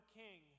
king